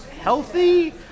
healthy